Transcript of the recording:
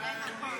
זה נכון.